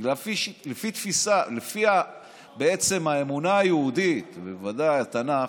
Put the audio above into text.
בגלל שלפי האמונה היהודית, בוודאי התנ"ך,